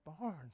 barns